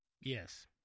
Yes